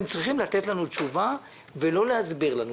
אתם צריכים לתת לנו תשובה ולא להסביר לנו.